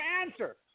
answer